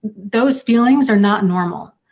those feelings are not normal.